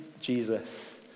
Jesus